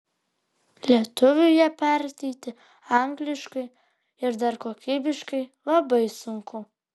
lietuviui ją perteikti angliškai ir dar kokybiškai labai sunku